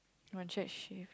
one shot shave